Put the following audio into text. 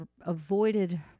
avoided